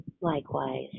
Likewise